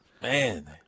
man